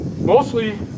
mostly